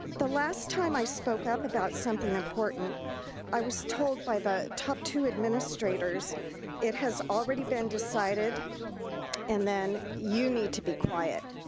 the last time i spoke up about something important i was told by the top two administrators it has already been decided and then you need to be quiet.